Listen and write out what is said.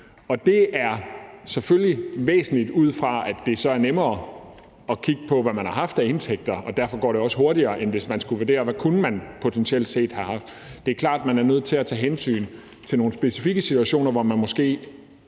Og det er selvfølgelig væsentligt, ud fra at det så er nemmere at kigge på, hvad man har haft af indtægter, og derfor går det også hurtigere, end hvis man skulle vurdere, hvad man potentielt set kunne have haft. Det er klart, at man er nødt til at tage hensyn til nogle specifikke situationer, hvor man måske